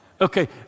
Okay